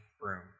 room